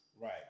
Right